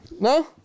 No